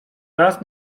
raz